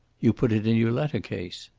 you put it in your letter-case.